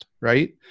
right